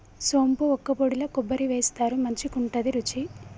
సోంపు వక్కపొడిల కొబ్బరి వేస్తారు మంచికుంటది రుచి